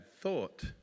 thought